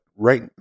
Right